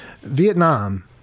vietnam